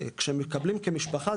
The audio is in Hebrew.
כשמתקבלים כמשפחה,